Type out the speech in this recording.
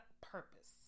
purpose